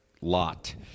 lot